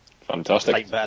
Fantastic